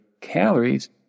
calories